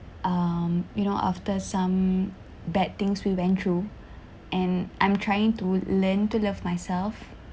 um you know after some bad things we went through and I'm trying to learn to love myself